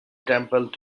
temple